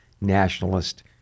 nationalist